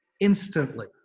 instantly